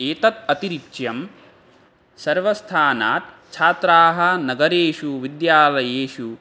एतत् अतिरिच्यं सर्वस्थानात् छात्राः नगरेषु विद्यालयेषु